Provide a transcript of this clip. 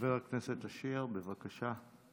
חבר הכנסת אשר, בבקשה,